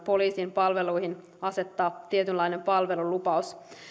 poliisin palveluihin asettaa tietynlainen palvelulupaus